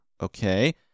Okay